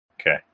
Okay